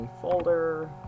folder